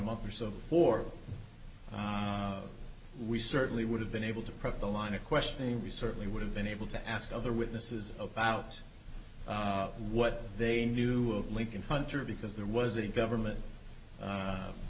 month or so before we certainly would have been able to probe the line of questioning we certainly would have been able to ask other witnesses about what they knew of lincoln hunter because there was a government